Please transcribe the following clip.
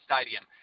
Stadium